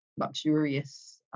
luxurious